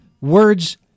words